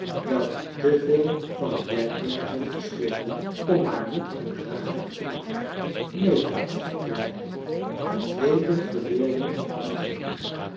welke te veel van de werkelijkheid verschilden om haar niet ondragelijk te maken neen frans antwoordde hij het dwepen verleer je in het huwelijk